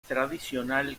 tradicional